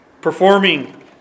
performing